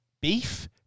Beef